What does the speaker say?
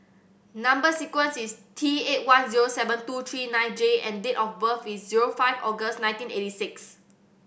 number sequence is T eight one zero seven two three nine J and date of birth is zero five August nineteen eighty six